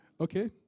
Okay